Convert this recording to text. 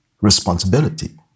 responsibility